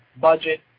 budget